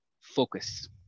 focus